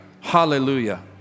Hallelujah